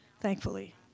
thankfully